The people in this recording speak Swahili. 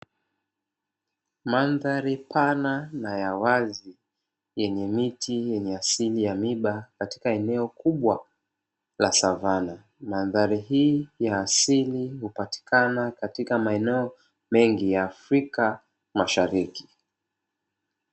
Mandhari pana na ya wazi yenye miti yenye asili ya miba katika eneo kubwa la savana. mandhari hii ya asili hupatikana katika maeneo mengi ya Afrika mashariki.